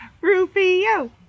Rufio